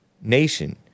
nation